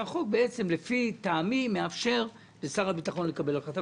שהחוק לטעמי מאפשר לשר הביטחון לקבל החלטה,